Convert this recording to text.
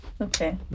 Okay